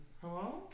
Hello